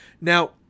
Now